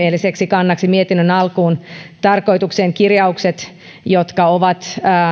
kannaksi mietinnön alkuun lukiokoulutuksen tarkoituksesta kirjaukset jotka ovat